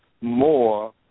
more